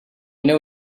know